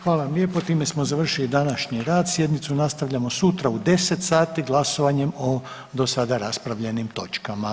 Hvala vam lijepo, time smo završili današnji rad, sjednicu nastavljamo sutra u 10 sati glasovanjem o do sada raspravljenim točkama.